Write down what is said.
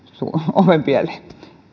ovenpieleensä